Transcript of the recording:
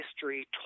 history